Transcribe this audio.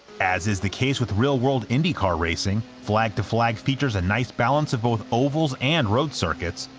as is the case with real-world indycar racing, flag to flag features a nice balance of both ovals and road circuits,